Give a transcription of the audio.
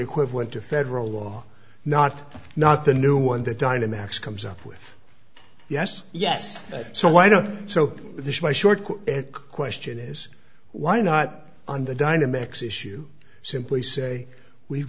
equivalent to federal law not not the new one the dynamix comes up with yes yes so why don't so this is my short question is why not on the dynamics issue simply say we've